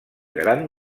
gran